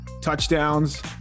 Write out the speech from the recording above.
touchdowns